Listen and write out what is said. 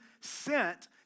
sent